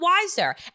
wiser